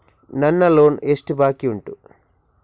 ನನ್ನ ಲೋನ್ ಎಷ್ಟು ಬಾಕಿ ಉಂಟು?